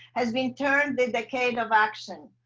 has been turned the decade of action,